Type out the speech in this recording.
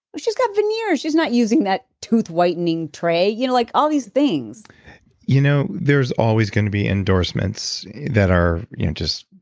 she's got veneers she's not using that tooth whitening tray. you know like, all these things you know, there's always going to be endorsements that are just